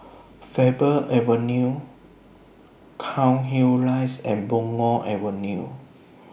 Faber Avenue Cairnhill Rise and Punggol Avenue